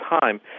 time